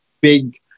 big